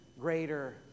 greater